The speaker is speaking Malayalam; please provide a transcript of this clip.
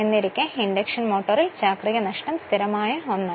എന്നിരിക്കെ ഒരു ഇൻഡക്ഷൻ മോട്ടോറിൽ ചാക്രിക നഷ്ടം സ്ഥിരമായി ഒന്നാണ്